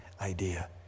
idea